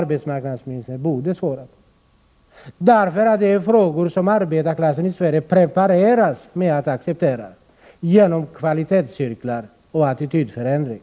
Arbetsmarknadsministern borde svara på dem, därför att de gäller saker som arbetarklassen i Sverige preparerats att acceptera genom kvalitetscirklar och attitydförändring.